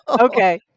okay